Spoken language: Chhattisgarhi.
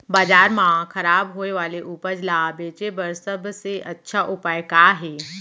बाजार मा खराब होय वाले उपज ला बेचे बर सबसे अच्छा उपाय का हे?